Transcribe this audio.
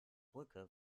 brücke